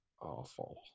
awful